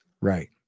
Right